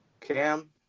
Cam